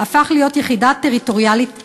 הפך להיות יחידה טריטוריאלית אינטגרלית.